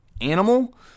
animal